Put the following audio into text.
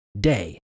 day